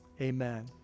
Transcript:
amen